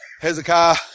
Hezekiah